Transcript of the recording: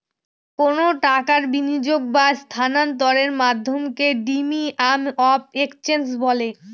কোনো টাকার বিনিয়োগ বা স্থানান্তরের মাধ্যমকে মিডিয়াম অফ এক্সচেঞ্জ বলে